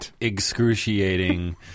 excruciating